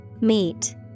Meet